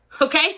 okay